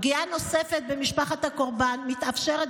הפגיעה הנוספת במשפחת הקורבן מתאפשרת